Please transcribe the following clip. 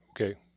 Okay